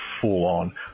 full-on